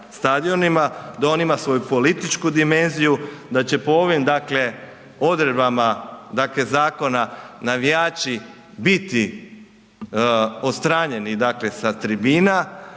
da on ima svoju političku dimenziju, da će po ovim dakle odredbama dakle zakona navijači biti odstranjeni sa tribina,